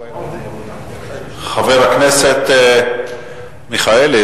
חבר הכנסת מיכאלי,